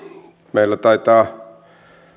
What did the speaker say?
meillä taitaa